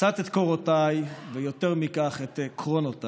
קצת את קורותיי, ויותר מכך את עקרונותיי.